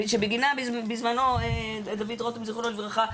שבגינה בזמנו דוד רותם זכרונו לברכה,